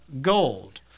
gold